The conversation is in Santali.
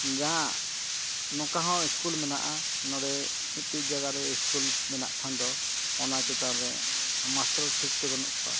ᱡᱟᱦᱟᱸ ᱱᱚᱝᱠᱟ ᱦᱚᱸ ᱥᱠᱩᱞ ᱢᱮᱱᱟᱜᱼᱟ ᱱᱚᱰᱮ ᱢᱤᱫᱴᱤᱡ ᱡᱟᱭᱜᱟ ᱨᱮ ᱥᱠᱩᱞ ᱢᱮᱱᱟᱜ ᱠᱷᱟᱱ ᱫᱚ ᱚᱱᱟ ᱪᱮᱛᱟᱱ ᱨᱮ ᱢᱟᱥᱴᱚᱨ ᱴᱷᱤᱠᱛᱮ ᱵᱟᱹᱱᱩᱜ ᱠᱚᱣᱟ